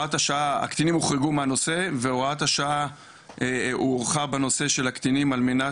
הוחרגו מהנושא והוראת השעה הוארכה בנושא של הקטינים על מנת